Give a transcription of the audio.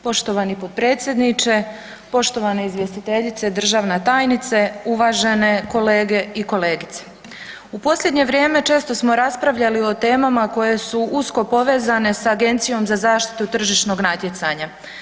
Poštovani potpredsjedniče, poštovane izvjestiteljice, državna tajnice, uvažene kolege i kolegice, u posljednje vrijeme često smo raspravljali o temama koje su usko povezane s Agencijom za zaštitu tržišnog natjecanja.